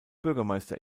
bürgermeister